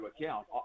account